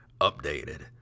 updated